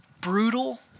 brutal